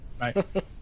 Right